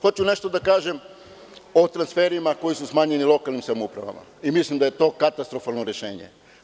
Hoću nešto da kažem o transferima koji su smanjeni lokalnim samoupravama i mislim da je to katastrofalno rešenje.